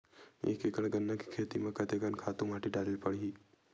एक एकड़ गन्ना के खेती म कते कन खातु माटी डाले ल पड़ही?